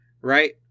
right